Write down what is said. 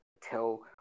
tell